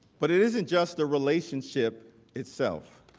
but it isn't just the relationship itself.